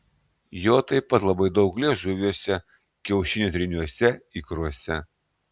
jo taip pat labai daug liežuviuose kiaušinio tryniuose ikruose